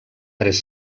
tres